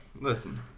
Listen